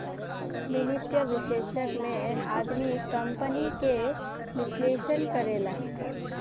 वित्तीय विश्लेषक में आदमी कंपनी के विश्लेषण करेले